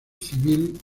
civil